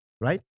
right